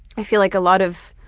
i feel like a lot of